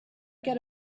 get